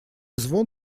звон